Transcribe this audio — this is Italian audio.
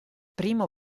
primo